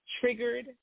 triggered